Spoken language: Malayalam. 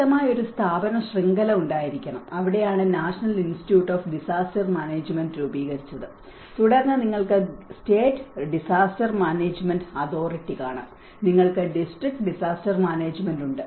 ശക്തമായ ഒരു സ്ഥാപന ശൃംഖല ഉണ്ടായിരിക്കണം അവിടെയാണ് national institute of disaster management രൂപീകരിച്ചത് തുടർന്ന് നിങ്ങൾക്ക് സ്റ്റേറ്റ് ഡിസാസ്റ്റർ മാനേജ്മന്റ് അതോറിറ്റി കാണാം നിങ്ങൾക്ക് ഡിസ്ട്രിക്ട് ഡിസാസ്റ്റർ മാനേജ്മന്റ് ഉണ്ട്